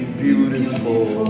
beautiful